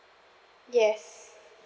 yes